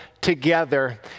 together